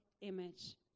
image